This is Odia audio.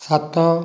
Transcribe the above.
ସାତ